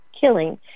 killing